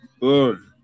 Boom